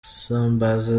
isambaza